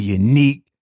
unique